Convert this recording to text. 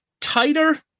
tighter